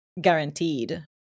guaranteed